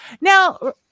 Now